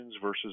versus